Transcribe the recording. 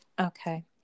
okay